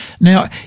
Now